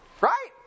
Right